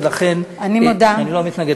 ולכן אני לא מתנגד.